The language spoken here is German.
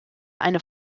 einer